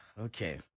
okay